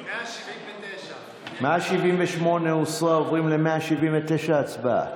177. 177, הצבעה.